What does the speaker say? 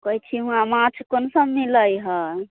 कैथीमे माछ कोन सब मिलै हऽ